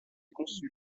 conçu